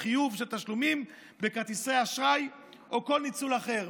חיוב של תשלומים בכרטיסי אשראי או כל ניצול אחר".